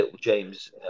James